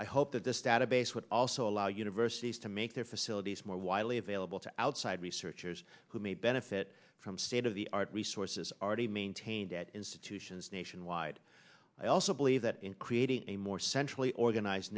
i hope that this database would also allow universities to make their facilities more widely available to outside researchers who may benefit from state of the art resources are to maintain that institutions nationwide i also believe that in creating a more centrally organize